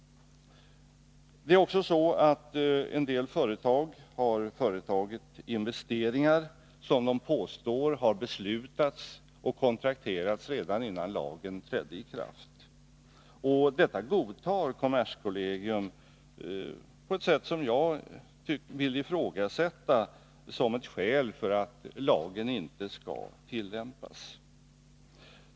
En del företag har företagit investeringar som de påstår har beslutats och kontrakterats redan innan lagen trädde i kraft. Detta godtar kommerskollegium på ett sätt som jag vill ifrågasätta som ett skäl för att lagen inte skall tillämpas.